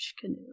Canoe